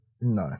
No